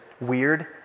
weird